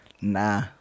Nah